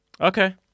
Okay